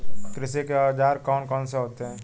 कृषि के औजार कौन कौन से होते हैं?